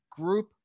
group